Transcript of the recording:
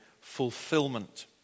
fulfillment